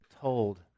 told